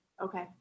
Okay